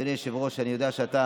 אדוני היושב-ראש, אני יודע שאתה